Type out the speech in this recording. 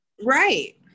Right